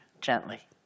gently